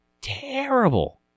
terrible